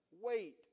Wait